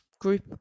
group